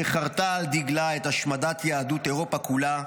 שחרתה על דגלה את השמדת יהדות אירופה כולה,